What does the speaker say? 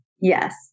Yes